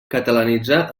catalanitzar